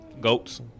Goats